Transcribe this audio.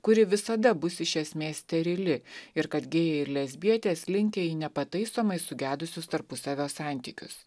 kuri visada bus iš esmės sterili ir kad gėjai lesbietės linkę į nepataisomai sugedusius tarpusavio santykius